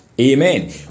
Amen